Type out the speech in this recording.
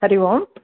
हरिः ओम्